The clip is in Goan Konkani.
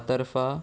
फातर्फा